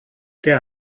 der